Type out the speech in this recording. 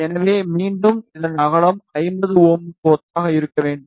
எனவே மீண்டும் இதன் அகலம் 50 Ω க்கு ஒத்ததாக இருக்க வேண்டும்